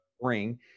ring